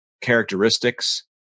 characteristics